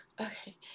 okay